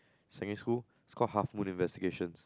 secondary school it's called Half Moon Investigations